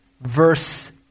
verse